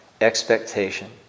expectation